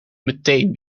meteen